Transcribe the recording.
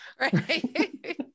Right